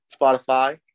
spotify